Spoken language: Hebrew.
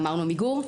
אמרנו מיגור,